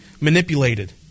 manipulated